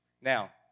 Now